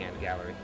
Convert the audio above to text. gallery